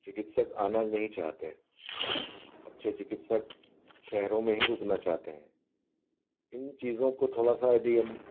चिकित्सक आना नहीं चाहते हैं अच्छे चिकित्सक शहरों में ही रुकना चाहते हैं इन चीज़ों को थोड़ा सा यदि हम